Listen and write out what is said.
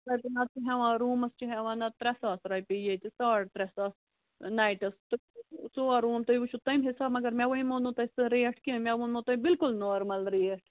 ہٮ۪وان روٗمس چھِ ہٮ۪وان نتہٕ ترٚےٚ ساس رۄپیہِ ییٚتہِ ساڑ ترٛےٚ ساس رۄپیہِ نایٹس تہٕ ژور روٗم تُہۍ وُچھِو تَمہِ حِساب مگر مےٚ ؤنۍمو نہٕ تۄہہِ سۄ ریٹ کیٚنٛہہ مےٚ ووٚنمو تۄہہِ بِلکُل نارمل ریٹ